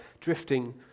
drifting